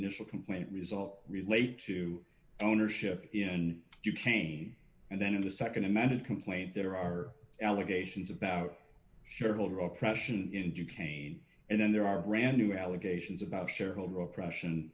initial complaint result relate to ownership and you can and then in the nd amended complaint there are allegations about shareholder oppression in duquesne and then there are brand new allegations about shareholder repression